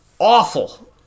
awful